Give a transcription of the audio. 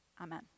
Amen